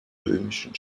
römischen